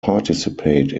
participate